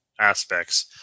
aspects